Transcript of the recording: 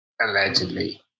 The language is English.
Allegedly